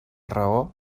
raó